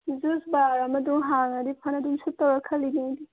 juice ꯕꯥꯔ ꯑꯃꯗꯨꯝ ꯍꯥꯡꯉꯗꯤ ꯐꯅꯗꯨꯝ ꯁꯤꯠꯇꯣꯏꯔ ꯈꯜꯂꯤꯅꯦ ꯑꯩꯗꯤ